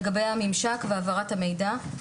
לגבי הממשק והעברת המידע.